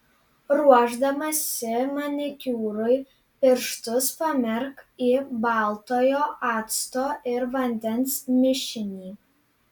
ruošdamasi manikiūrui pirštus pamerk į baltojo acto ir vandens mišinį